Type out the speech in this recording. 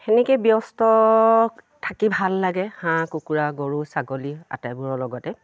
সেনেকে ব্যস্ত থাকি ভাল লাগে হাঁহ কুকুৰা গৰু ছাগলী আটাইবোৰৰ লগতে